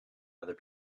other